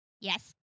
Yes